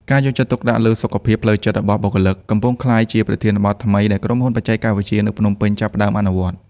ការយកចិត្តទុកដាក់លើ សុខភាពផ្លូវចិត្ត របស់បុគ្គលិក កំពុងក្លាយជាប្រធានបទថ្មីដែលក្រុមហ៊ុនបច្ចេកវិទ្យានៅភ្នំពេញចាប់ផ្ដើមអនុវត្ត។